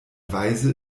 weise